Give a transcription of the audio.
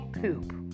poop